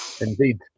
Indeed